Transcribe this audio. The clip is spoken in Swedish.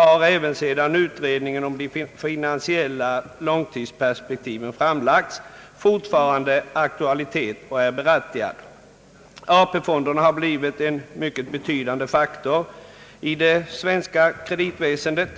har — även sedan utredningen om de finansiella långtidsperspektiven framlagts — fortfarande aktualitet och är berättigad. AP-fonderna har blivit en mycket betydande faktor i det svenska kreditväsendet.